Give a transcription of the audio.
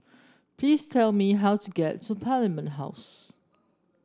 please tell me how to get to Parliament House